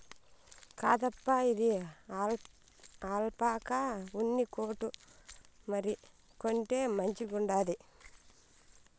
కాదప్పా, ఇది ఆల్పాకా ఉన్ని కోటు మరి, కొంటే మంచిగుండాది